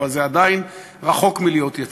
אבל זה עדיין רחוק מלהיות יציב.